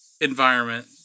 environment